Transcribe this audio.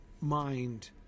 mind